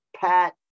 Pat